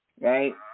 Right